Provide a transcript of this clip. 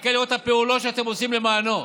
מחכה לראות את הפעולות שאתם עושים למענו.